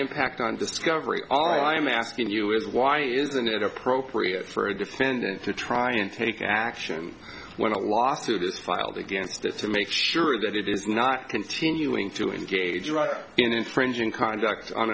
impact on discovery all i'm asking you is why isn't it appropriate for a defendant to try and take action when a lawsuit is filed against it to make sure that it is not continuing to engage in infringing conduct on